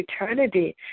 eternity